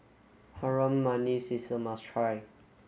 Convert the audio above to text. Harum Manis is a must try